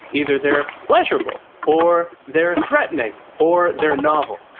either they're pleasurable or they're threatening or they're novel.